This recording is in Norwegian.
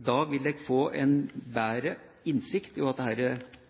Da vil dere få en bedre innsikt i hva dette saksfeltet dreier seg om. Presidenten minner om at